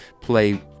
play